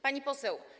Pani Poseł!